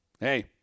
hey